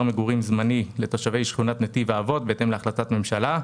מגורים זמני לתושבי שכונת נתיב האבות בהתאם להחלטת ממשלה.